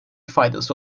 faydası